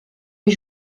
est